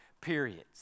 periods